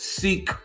seek